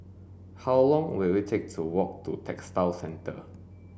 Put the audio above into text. how long will it take to walk to Textile Centre